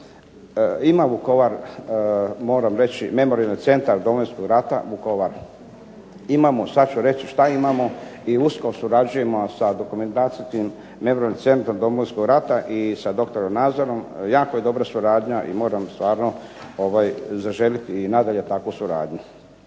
Ima Vukovar moram reći Memorijalni centar Domovinskog rata Vukovar. Imamo, sad ću reći šta imamo i usko surađujemo sa Dokumentacijskim memorijalnim centrom Domovinskog rata i sa doktorom Nazorom. Jako je dobra suradnja i moram stvarno zaželiti i nadalje takvu suradnju.